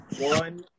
one